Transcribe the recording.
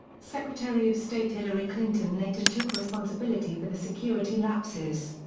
secretary of state hillary clinton later took responsibility for the security lapses.